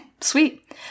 Sweet